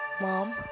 mom